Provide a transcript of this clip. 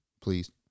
please